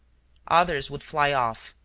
others would fly off,